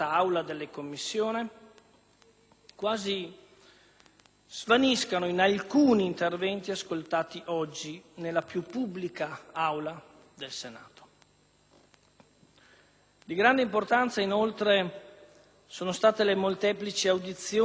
quasi svaniscano in alcuni interventi ascoltati oggi nella più pubblica Aula del Senato. Di grande importanza inoltre sono state le molteplici audizioni che in Senato,